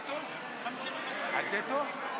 אחמד טיבי